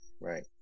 right